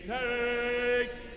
takes